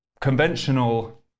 conventional